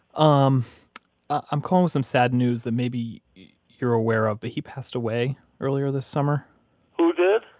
um i'm calling some sad news that maybe you're aware of, but he passed away earlier this summer who did?